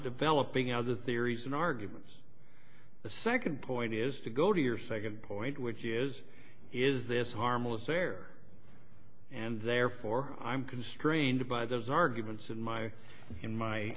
developing other theories in arguments the second point is to go to your second point which is is this harmless error and therefore i'm constrained by those arguments in my in my